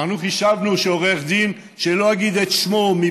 חישבנו שעורך דין שלא אגיד את שמו,